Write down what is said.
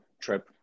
trip